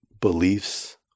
Beliefs